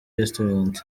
restaurant